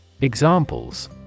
Examples